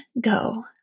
go